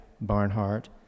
Barnhart